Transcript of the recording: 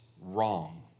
wrong